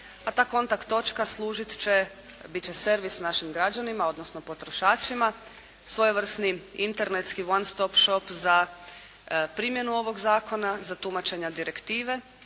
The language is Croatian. a ta kontakt točka služit će, bit će servis našim građanima, odnosno potrošačima svojevrsnim internetskim one stop shop za primjenu ovog zakona, za tumačenja direktive,